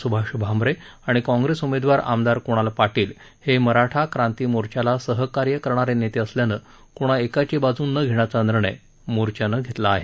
सुभाष भामरे आणि काँग्रेस उमेदवार आमदार कृणाल पाटील हे मराठा क्रांती मोर्चाला सहकार्य करणारे नेते असल्यानं कृणा एकाची बाजू न घेण्याचा निर्णय मोर्चानं घेतला आहे